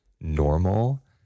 normal